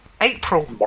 April